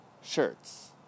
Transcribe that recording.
shirts